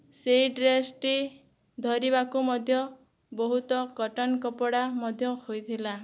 ସେଇ ଡ୍ରେସଟି ଧରିବାକୁ ମଧ୍ୟ ବହୁତ କଟନ କପଡ଼ା ମଧ୍ୟ ହୋଇଥିଲା